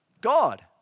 God